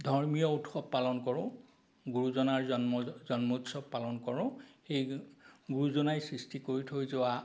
ধৰ্মীয় উৎসৱ পালন কৰোঁ গুৰুজনাৰ জন্ম জন্মোৎসৱ পালন কৰোঁ সেই গুৰুজনাই সৃষ্টি কৰি থৈ যোৱা